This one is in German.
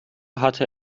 hatte